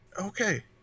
okay